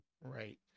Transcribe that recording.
right